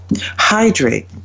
hydrate